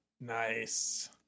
Nice